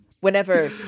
whenever